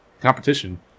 competition